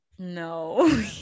No